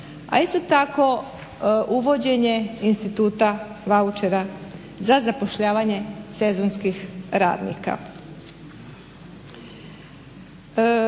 a isto tako uvođenje instituta vaučera za zapošljavanje sezonskih radnika.